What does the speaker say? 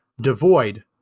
devoid